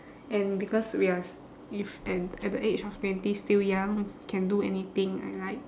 and because we are s~ if and at the age of twenty still young can do anything I like